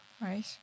Right